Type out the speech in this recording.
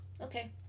Okay